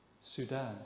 Sudan